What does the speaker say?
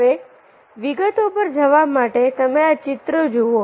હવે વિગતો પર જવા માટે તમે આ ચિત્ર જુઓ